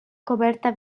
coberta